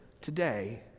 today